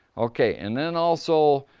okay, and then also,